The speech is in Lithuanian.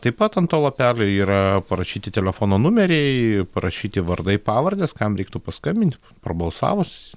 taip pat ant to lapelio yra parašyti telefono numeriai parašyti vardai pavardės kam reiktų paskambint prabalsavus